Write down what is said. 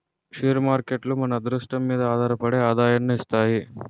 share మార్కేట్లు మన అదృష్టం మీదే ఆధారపడి ఆదాయాన్ని ఇస్తాయి